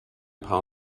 paar